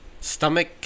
Stomach